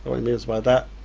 he means by that.